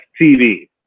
TV